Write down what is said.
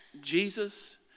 Jesus